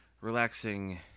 relaxing